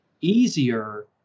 easier